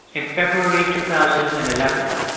in february two thousand and eleven,